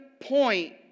point